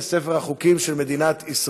18 בעד, אין מתנגדים, אין נמנעים.